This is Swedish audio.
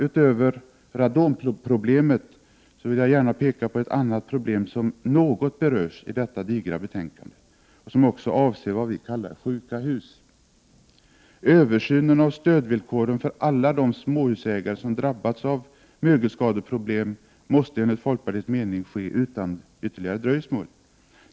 Utöver radonproblemet vill jag gärna peka på ett annat problem som något berörs i detta digra betänkande och som också avser vad vi kallar sjuka hus. Översynen av stödvillkoren för alla de småhusägare som drabbats av mögelskadeproblem måste enligt folkpartiets mening ske utan ytterligare dröjsmål.